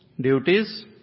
duties